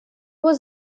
was